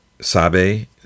Sabe